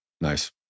nice